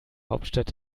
hauptstadt